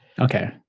Okay